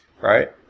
Right